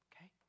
okay